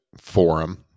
forum